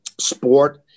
sport